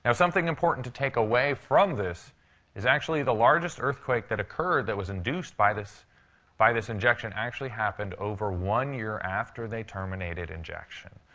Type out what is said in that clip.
and something important to take away from this is actually the largest earthquake that occurred that was induced by this by this injection actually happened over one year after they terminated injection.